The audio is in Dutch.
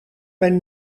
mijn